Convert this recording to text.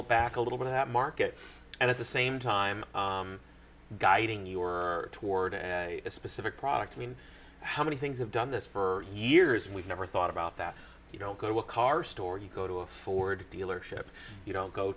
all back a little bit of that market and at the same time guiding your toward a specific product i mean how many things have done this for years we've never thought about that you don't go to a car store you go to a ford dealership you don't go